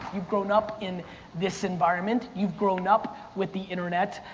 you've grown up in this environment. you've grown up with the internet